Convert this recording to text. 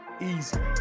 easy